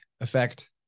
effect